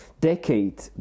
decade